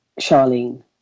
Charlene